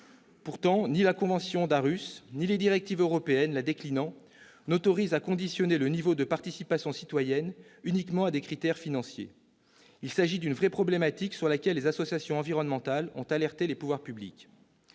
Pourtant, ni la convention d'Aarhus ni les directives européennes la déclinant n'autorisent à conditionner le niveau de participation citoyenne uniquement à des critères financiers. Il s'agit d'une vraie problématique sur laquelle les associations environnementales ont alerté les pouvoirs publics.